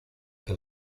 que